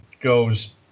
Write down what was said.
goes